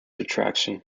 attraction